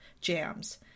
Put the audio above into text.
jams